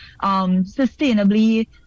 sustainably